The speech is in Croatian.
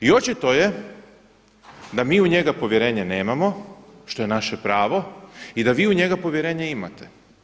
I očito je da mi u njega povjerenje nemamo što je naše pravo i da vi u njega povjerenje imate.